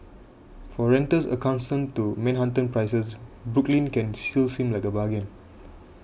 for renters accustomed to Manhattan prices Brooklyn can still seem like a bargain